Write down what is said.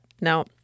Now